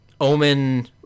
Omen